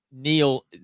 Neil